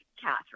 Catherine